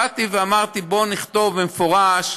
אמרתי, בואו נכתוב במפורש,